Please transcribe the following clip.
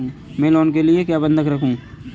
मैं लोन के लिए क्या बंधक रखूं?